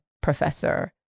professor